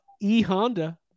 E-Honda